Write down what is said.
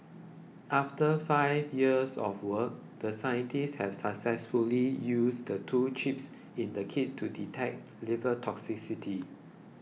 after five years of work the scientists have successfully used the two chips in the kit to detect liver toxicity